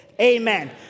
amen